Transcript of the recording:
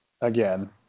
again